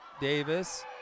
Davis